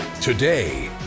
Today